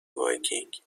وایکینگ